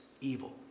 evil